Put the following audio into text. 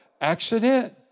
accident